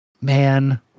man